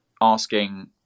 asking